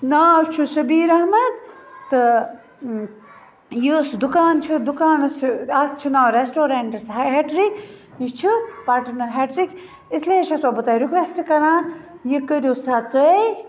ناو چھُس شبیٖر احمد تہٕ یُس دُکان چھُ دُکانَس اتھ چھُ ناو ریٚسٹورنٹَس ہیٹرِک یہِ چھُ پَٹنہٕ ہیٹرِک اِسلیے چھَسو بہٕ تۄہہِ رِکویٚسٹ کَران یہِ کٔرِو سا تُہۍ